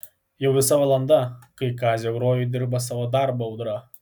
jau visa valanda kai kazio gojuj dirba savo darbą audra